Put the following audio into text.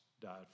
died